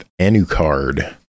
Anucard